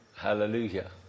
Hallelujah